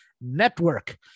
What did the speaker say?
Network